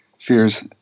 fears